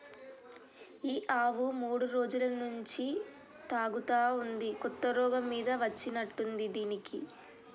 ఈ ఆవు మూడు రోజుల నుంచి తూగుతా ఉంది కొత్త రోగం మీద వచ్చినట్టుంది దీనికి